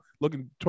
looking